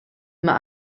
mae